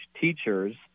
teachers